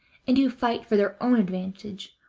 and who fight for their own advantage,